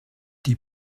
die